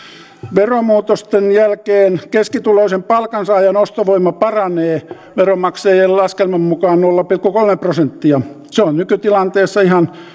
veromuutosten jälkeen keskituloisen palkansaajan ostovoima paranee veronmaksajien laskelman mukaan nolla pilkku kolme prosenttia se on nykytilanteessa ihan